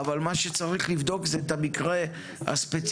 אבל מה שצריך לבדוק זה את המקרה הספציפי